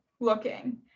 looking